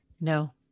No